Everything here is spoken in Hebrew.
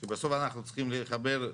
שבסוף אנחנו צריכים לחבר,